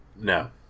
No